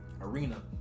arena